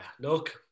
look